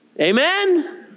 Amen